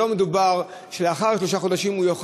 שלא מדובר שלאחר שלושת החודשים הוא לא